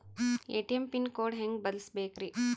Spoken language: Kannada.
ಎ.ಟಿ.ಎಂ ಪಿನ್ ಕೋಡ್ ಹೆಂಗ್ ಬದಲ್ಸ್ಬೇಕ್ರಿ?